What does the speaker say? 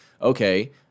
okay